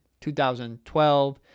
2012